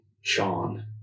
Sean